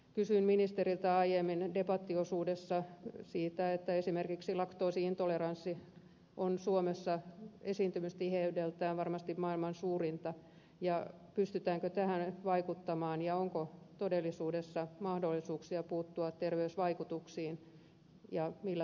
kysyin ministeriltä aiemmin debattiosuudessa siitä että esimerkiksi laktoosi intoleranssi on suomessa esiintymistiheydeltään varmasti maailman suurinta ja pystytäänkö tähän vaikuttamaan ja onko todellisuudessa mahdollisuuksia puuttua terveysvaikutuksiin ja millä tavalla